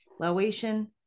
Laotian